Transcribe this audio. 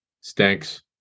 stinks